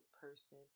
person